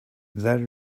they